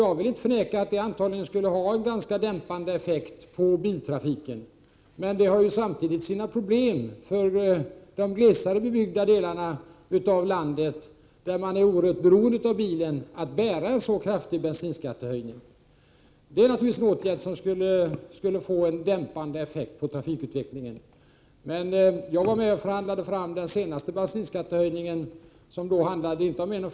Jag vill inte förneka att det antagligen skulle ha en ganska dämpande effekt på biltrafiken. Men det har samtidigt sina problem för de glesare bebyggda delarna av landet, där man är oerhört beroende av bilen, att bära en så kraftig bensinskattehöjning. Det är naturligtvis en åtgärd som skulle få en dämpande effekt på trafikutvecklingen. Jag var emellertid med och förhandlade fram den senaste bensinskattehöjningen, som då inte handlade om 1 kr.